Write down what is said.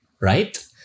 right